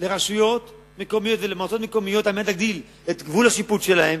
לרשויות מקומיות ולמועצות מקומיות כדי להגדיל את גבול השיפוט שלהן,